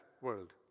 world